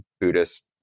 Buddhist